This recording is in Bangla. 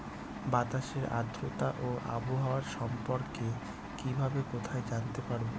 বাতাসের আর্দ্রতা ও আবহাওয়া সম্পর্কে কিভাবে কোথায় জানতে পারবো?